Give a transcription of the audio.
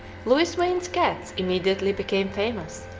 louis wain's cats immediately became famous,